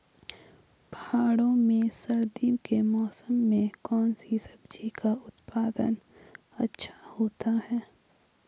पहाड़ों में सर्दी के मौसम में कौन सी सब्जी का उत्पादन अच्छा होता है?